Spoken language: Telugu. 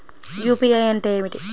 యూ.పీ.ఐ అంటే ఏమిటి?